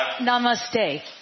Namaste